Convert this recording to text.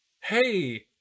hey